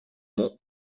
monts